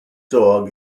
dog